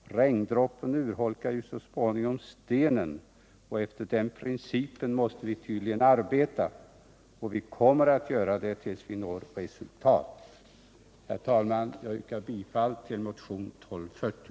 Regndroppen urholkar ju så småningom stenen, och efter den principen måste vi tydligen arbeta. Vi kommer att göra det tills vi når resultat. Jag yrkar bifall till motionen 1240.